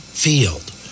Field